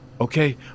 okay